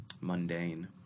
mundane